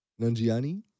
Nanjiani